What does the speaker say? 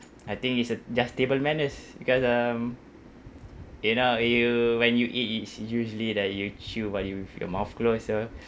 I think it's a just table manners because um you know you when you eat it's usually that you chew what you with your mouth close so